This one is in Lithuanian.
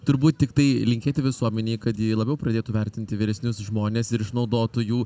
turbūt tiktai linkėti visuomenei kad ji labiau pradėtų vertinti vyresnius žmones ir išnaudotų jų